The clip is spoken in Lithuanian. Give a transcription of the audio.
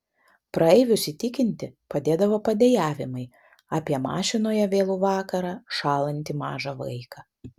praeivius įtikinti padėdavo padejavimai apie mašinoje vėlų vakarą šąlantį mažą vaiką